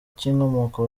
cy’inkomoko